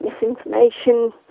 misinformation